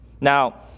Now